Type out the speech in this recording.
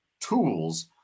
tools